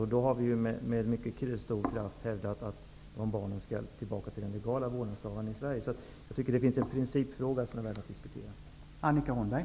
I sådana sammanhang har vi med mycket stor kraft hävdat att barnen skall föras tillbaka till vårdnadshavarna i Sverige. Jag menar därför att det här finns en principfråga som är värd att diskutera.